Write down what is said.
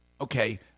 Okay